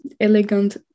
elegant